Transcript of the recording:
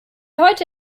heute